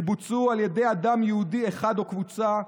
שבוצעו על ידי אדם יהודי אחד או קבוצה,